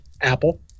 Apple